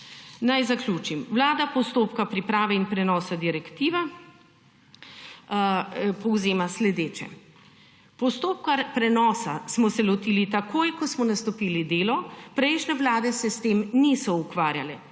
Naj zaključim. Vlada postopka priprave in prenosa direktive povzema takole. Postopka prenosa smo se lotili takoj, ko smo nastopili delo. Prejšnje vlade se s tem niso ukvarjale.